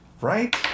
Right